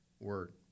word